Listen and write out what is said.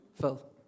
Phil